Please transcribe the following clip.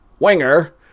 winger